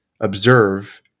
observe